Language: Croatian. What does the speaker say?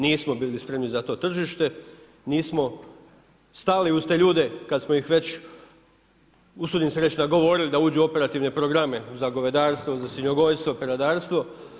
Nismo bili spremni za to tržište, nismo stali uz te ljude kad smo ih već usudim se reći odgovorili da uđu u operativne programe za govedarstvo, za svinjogojstvo, peradarstvo.